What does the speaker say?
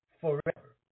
forever